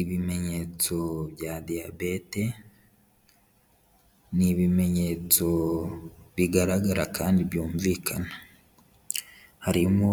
Ibimenyetso bya diyabete, ni ibimenyetso bigaragara kandi byumvikana, harimo